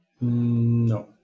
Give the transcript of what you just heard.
No